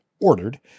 ordered